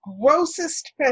Grossest